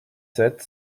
sept